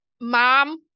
mom